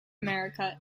america